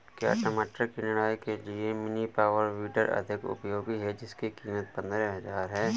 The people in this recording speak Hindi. क्या टमाटर की निदाई के लिए मिनी पावर वीडर अधिक उपयोगी है जिसकी कीमत पंद्रह हजार है?